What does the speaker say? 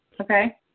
Okay